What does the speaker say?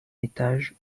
étage